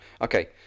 Okay